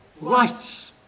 rights